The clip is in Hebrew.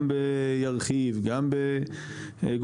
גם בירחיב,